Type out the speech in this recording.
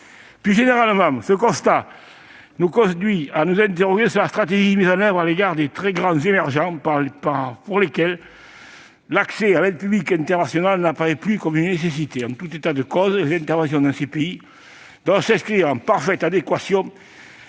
Plus généralement, ce constat nous conduit à nous interroger sur la stratégie mise en oeuvre à l'égard des « très grands émergents », pour lesquels l'accès à l'aide publique internationale n'apparaît plus comme une nécessité. En tout état de cause, les interventions dans ces pays doivent s'inscrire dans une parfaite adéquation